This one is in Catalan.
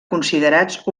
considerats